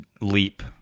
leap